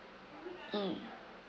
mm